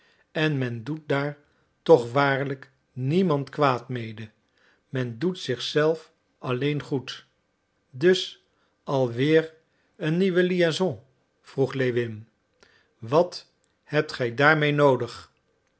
en men doet daar toch waarlijk niemand kwaad mede men doet zich zelf alleen goed dus al weer een nieuwe liaison vroeg lewin wat hebt gij daar mee noodig